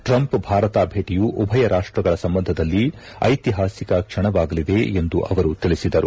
Trump Bharat ಭೇಟಿಯು ಉಭಯ ರಾಷ್ಟಗಳ ಸಂಬಂಧದಲ್ಲಿ ಐತಿಹಾಸಿಕ ಕ್ಷಣವಾಗಲಿದೆ ಎಂದು ಅವರು ತಿಳಿಸಿದರು